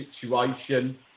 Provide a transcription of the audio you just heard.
situation